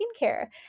skincare